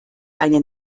eine